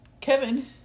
Kevin